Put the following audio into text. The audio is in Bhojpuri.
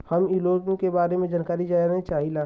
हम इ लोन के बारे मे जानकारी जाने चाहीला?